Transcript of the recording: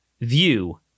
view